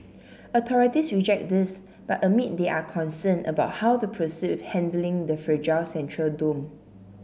authorities reject this but admit they are concerned about how to proceed with handling the fragile central dome